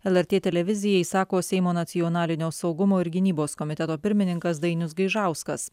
lrt televizijai sako seimo nacionalinio saugumo ir gynybos komiteto pirmininkas dainius gaižauskas